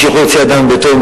מי שיכול להוציא אדם מביתו,